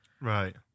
Right